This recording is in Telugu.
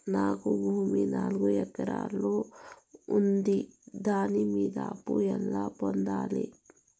నాకు భూమి నాలుగు ఎకరాలు ఉంది దాని మీద అప్పు ఎలా పొందాలి?